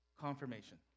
confirmation